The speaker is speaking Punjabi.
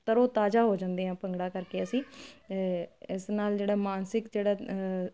ਤਰੋ ਤਾਜ਼ਾ ਹੋ ਜਾਂਦੇ ਆ ਭੰਗਲਾ ਕਰਕੇ ਅਸੀਂ ਇਸ ਨਾਲ ਜਿਹੜਾ ਮਾਨਸਿਕ ਜਿਹੜਾ